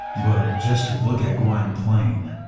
but, just look at gwynplaine.